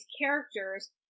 characters